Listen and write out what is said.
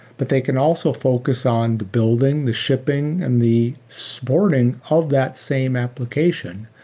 but they can also focus on the building, the shipping and the sporting of that same application.